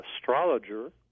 astrologer